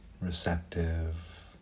receptive